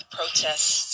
protests